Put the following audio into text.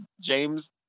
James